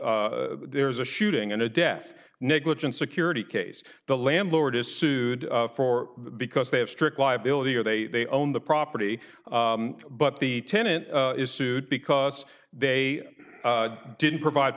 the there is a shooting and a death negligent security case the landlord is sued for because they have strict liability or they own the property but the tenant is sued because they didn't provide